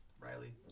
Riley